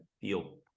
feel